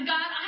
God